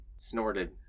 snorted